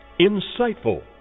insightful